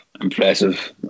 Impressive